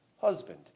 husband